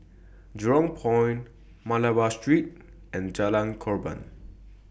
Jurong Point Malabar Street and Jalan Korban